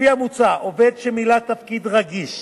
לפי המוצע, עובד שמילא תפקיד רגיש